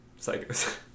psychos